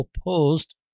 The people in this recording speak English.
opposed